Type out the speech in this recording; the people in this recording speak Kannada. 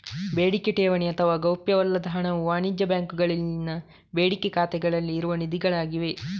ಬೇಡಿಕೆ ಠೇವಣಿ ಅಥವಾ ಗೌಪ್ಯವಲ್ಲದ ಹಣವು ವಾಣಿಜ್ಯ ಬ್ಯಾಂಕುಗಳಲ್ಲಿನ ಬೇಡಿಕೆ ಖಾತೆಗಳಲ್ಲಿ ಇರುವ ನಿಧಿಗಳಾಗಿವೆ